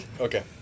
Okay